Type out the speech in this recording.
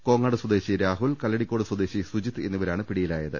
കോങ്ങാട് സ്വദേശി രാഹുൽ കല്ലടി ക്കോട് സ്വദേശി സുജിത് എന്നിവരാണ് പിടിയിലായത്